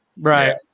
Right